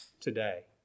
today